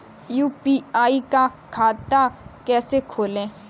UPI का खाता कैसे खोलें?